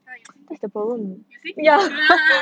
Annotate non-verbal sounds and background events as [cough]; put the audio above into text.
ah you see you see [laughs]